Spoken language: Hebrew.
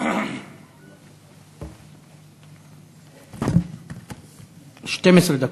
12 דקות.